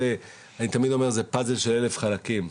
אני תמיד אומר, זה פאזל של אלף חלקים.